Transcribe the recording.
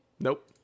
Nope